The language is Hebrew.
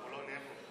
אבל אנחנו לא נהיה פה.